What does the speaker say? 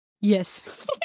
Yes